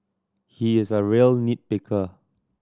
he is a real nit picker